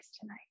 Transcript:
tonight